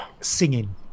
singing